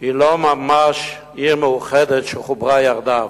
היא לא ממש עיר מאוחדת שחוברה יחדיו,